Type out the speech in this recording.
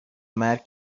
مرگ